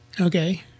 Okay